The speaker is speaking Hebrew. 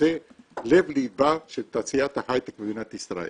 וזה לב ליבה של תעשיית ההייטק במדינת ישראל,